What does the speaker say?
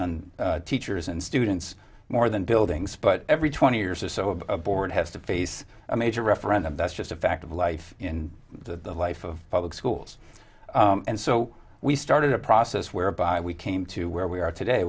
on teachers and students more than buildings but every twenty years or so a board has to face a major referendum that's just a fact of life in the life of public schools and so we started a process whereby we came to where we are today